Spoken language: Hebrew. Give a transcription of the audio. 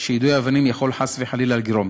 שיידוי אבנים יכול חס וחלילה לגרום.